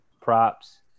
props